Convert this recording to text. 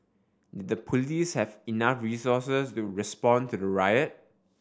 did the police have enough resources to respond to the riot